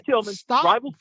Stop